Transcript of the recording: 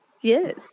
yes